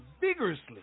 vigorously